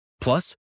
Plus